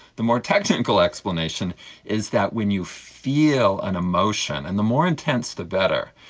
the more technical explanation is that when you feel an emotion, and the more intense the better,